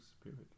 spirit